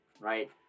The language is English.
right